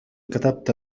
كتبت